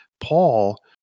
Paul